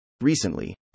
Recently